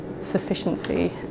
sufficiency